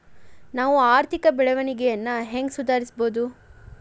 ನಾವು ಆರ್ಥಿಕ ಬೆಳವಣಿಗೆಯನ್ನ ಹೆಂಗ್ ಸುಧಾರಿಸ್ಬಹುದ್?